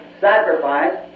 sacrifice